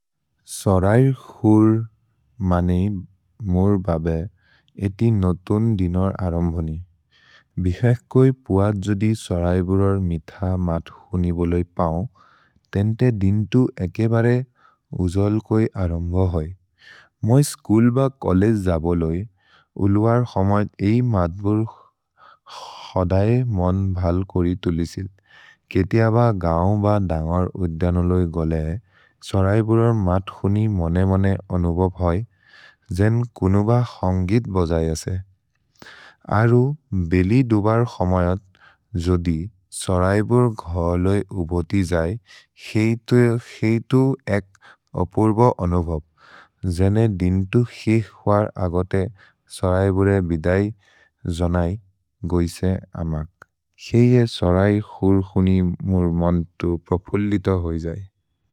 सरैर् खुर् मनेइ मोर् बबे एति नतुन् दिनोर् अरम्भोनि। भिहक् कोइ पुअ जोदि सरैबुरोर् मिथ मथ् हुनि बोलोइ पौ, तेन्ते दिन् तु एके बरे उजोल् कोइ अरम्भो होइ। मोइ स्कुल् ब कोलेज् जबोलोइ, उलुअर् हमैद् एइ मथ् बोर् खदये मोन्द् भल् कोरि तुलिसित्। केतिअ ब गओन् ब दन्गर् उद्यनोलोइ गोले, सरैबुरोर् मथ् हुनि मोने मोने अनुबोब् होइ, जेन् कुनु ब हन्गित् बजये से। अरु, बेलि दुबर् हमयत्, जोदि सरैबुर् घोलोइ उबोति जै, खेइतु एक् अपुर्ब अनुबोब्, जेने दिन् तु खेइह् हुअर् अगते सरैबुर् ए बिदै जोनै गोइसे अमक्। खेइए सरै खुर् हुनि मोर् मन्तो प्रोपुलितो होइ जै।